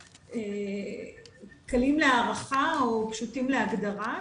קלים להערכה או פשוטים להגדרה,